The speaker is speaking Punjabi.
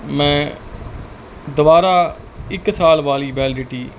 ਦੁਬਾਰਾ ਇੱਕ ਸਾਲ ਵਾਲੀ ਵੈਲਡਿਟੀ